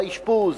באשפוז,